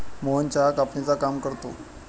मोहन चहा कापणीचे काम करतो